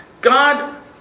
God